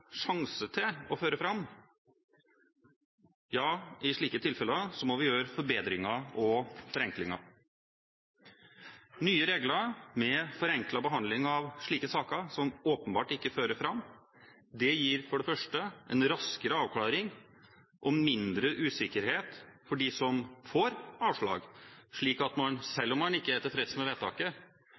sjanse til å føre fram – må vi gjøre forbedringer og forenklinger. Nye regler med forenklet behandling av slike saker som åpenbart ikke fører fram, gir en raskere avklaring og mindre usikkerhet for dem som får avslag, slik at man – selv om man ikke er tilfreds med vedtaket